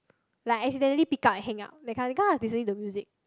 like I accidentally pick up and hang up that kind of thing cause I was listening to music